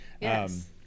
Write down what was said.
Yes